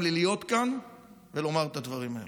לי להיות כאן ולומר את הדברים האלה.